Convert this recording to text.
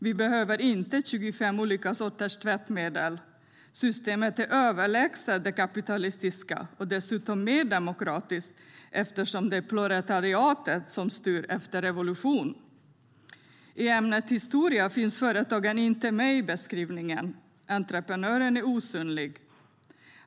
Vi behöver inte 25 olika sorters tvättmedel. Systemet är överlägset det kapitalistiska och dessutom mer demokratiskt, eftersom det är proletariatet som styr efter revolutionen. I ämnet historia finns företagen inte med i beskrivningen - entreprenören är osynlig.